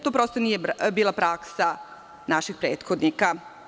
To prosto nije bila praksa naših prethodnika.